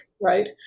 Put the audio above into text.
right